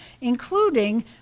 including